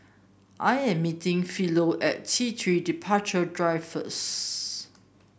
I am meeting Philo at T Three Departure Drive first